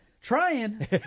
Trying